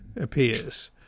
appears